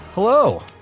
Hello